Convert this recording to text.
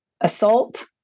assault